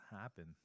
happen